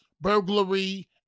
burglary